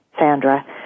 Sandra